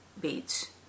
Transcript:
beads